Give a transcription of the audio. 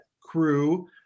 crew